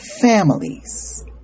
families